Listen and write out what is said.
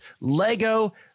Lego